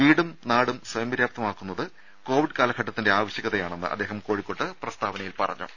വീടും നാടും സ്വയംപര്യാപ്തമാക്കുന്നത് കോവിഡ് കാലഘട്ടത്തിന്റെ ആവശ്യകതയാണെന്ന് അദ്ദേഹം കോഴിക്കോട്ട് പ്രസ്താവനയിൽ പറഞ്ഞു